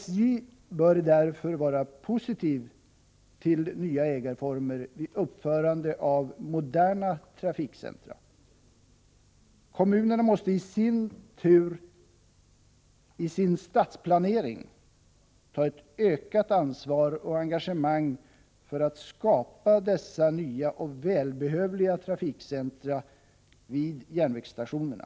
SJ bör därför vara positivt till nya ägarformer vid uppförande av moderna trafikcentra. Kommunerna måste i sin tur i sin stadsplanering ta ett ökat ansvar och engagemang för att skapa dessa nya och välbehövliga trafikcentra vid järnvägsstationerna.